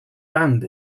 banned